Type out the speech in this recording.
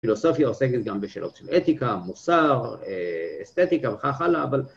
פילוסופיה עוסקת גם בשאלות של אתיקה, מוסר, אסתטיקה וכך הלאה, אבל...